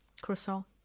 croissant